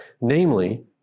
namely